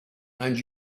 and